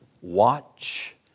Watch